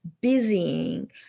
busying